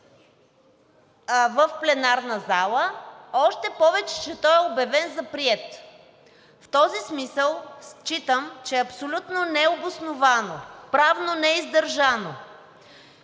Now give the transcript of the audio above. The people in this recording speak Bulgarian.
в пленарна зала, а още повече, че той е обявен за приет. В този смисъл считам, че е абсолютно необосновано, правно неиздържано